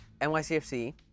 NYCFC